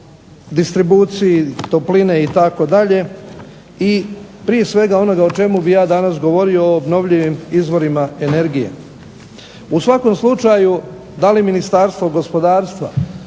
U svakom slučaju da li Ministarstvo gospodarstva,